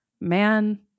man